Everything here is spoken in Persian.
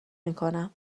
میکنم